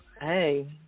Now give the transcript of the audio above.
hey